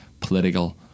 political